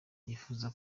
yipfuza